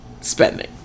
spending